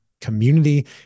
community